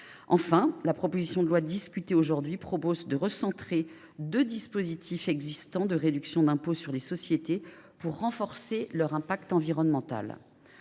Enfin, la proposition de loi discutée aujourd’hui prévoit de recentrer deux dispositifs existants de réduction de l’impôt sur les sociétés, afin de renforcer leur impact environnemental.